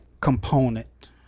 component